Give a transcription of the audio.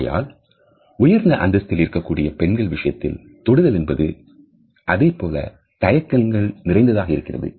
ஆகையால் உயர்ந்த அந்தஸ்தில் இருக்கக்கூடிய பெண்கள் விஷயத்தில் தொடுதல் என்பது அதே போல தயக்கங்கள் நிறைந்ததாக இருக்கிறது